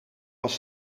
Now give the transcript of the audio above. was